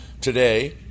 Today